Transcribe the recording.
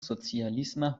socialisma